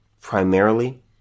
primarily